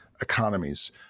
economies